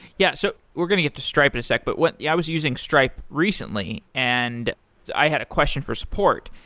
yeah, so we're going to get to stripe in a sec. but yeah i was using stripe recently, and i had a question for support.